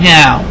now